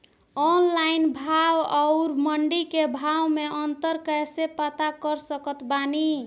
Online भाव आउर मंडी के भाव मे अंतर कैसे पता कर सकत बानी?